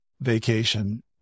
vacation